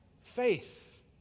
faith